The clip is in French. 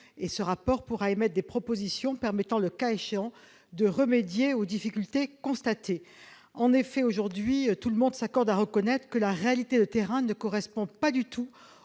Ce rapport pourra émettre des propositions de nature à permettre, le cas échéant, de remédier aux difficultés constatées. Tout le monde s'accorde à reconnaître que la réalité de terrain ne correspond pas du tout